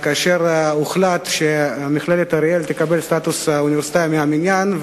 כאשר הוחלט שמכללת אריאל תקבל סטטוס של אוניברסיטה מן המניין.